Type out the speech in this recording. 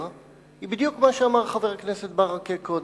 היא בדיוק מה שאמר חבר הכנסת ברכה קודם.